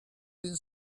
been